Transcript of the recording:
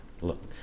look